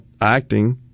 acting